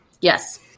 Yes